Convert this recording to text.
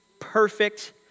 perfect